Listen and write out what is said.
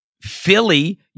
Philly